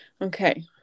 Okay